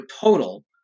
total